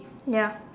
ya